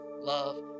love